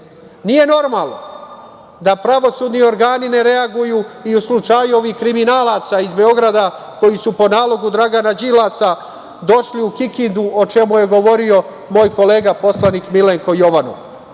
normalno da pravosudni organi ne reaguju u slučaju ovih kriminalac iz Beograda, koji su po nalogu Dragana Đilasa došli u Kikindu, o čemu je govorio moj kolega poslanik Milenko Jovanov.